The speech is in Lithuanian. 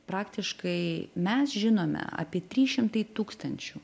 praktiškai mes žinome apie trys šimtai tūkstančių